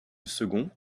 second